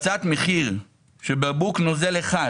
הקפצת מחיר של בקבוק נוזל אחד